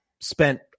spent